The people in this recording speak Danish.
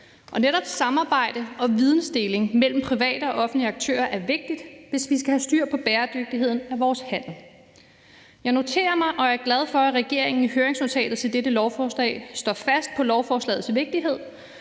Og netop samarbejde og vidensdeling mellem private og offentlige aktører er vigtigt, hvis vi skal have styr på bæredygtigheden af vores handel. Jeg noterer mig og er glad for, at regeringen i høringsnotatet til dette lovforslag står fast på lovforslagets vigtighed,